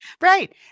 Right